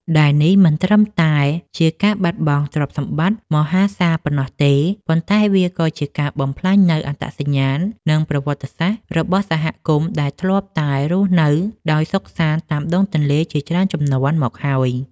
ដែលនេះមិនត្រឹមតែជាការបាត់បង់ទ្រព្យសម្បត្តិមហាសាលប៉ុណ្ណោះទេ ប៉ុន្តែវាក៏ជាការបំផ្លាញនូវអត្តសញ្ញាណ និងប្រវត្តិសាស្ត្ររបស់សហគមន៍ដែលធ្លាប់តែរស់នៅដោយសុខសាន្តតាមដងទន្លេជាច្រើនជំនាន់មកហើយ។